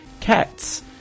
cats